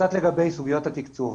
קצת לגבי סוגיות התקצוב.